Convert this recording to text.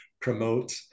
promote